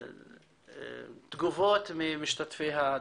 תגובות ממשתתפי הדיון,